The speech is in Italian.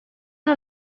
una